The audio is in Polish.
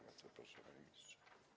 Bardzo proszę, panie ministrze.